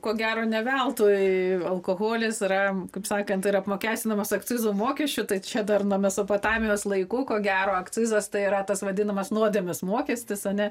ko gero ne veltui alkoholis yra kaip sakant ir apmokestinamas akcizo mokesčiu tai čia dar nuo mesopotamijos laikų ko gero akcizas tai yra tas vadinamas nuodėmės mokestis ane